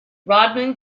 rodman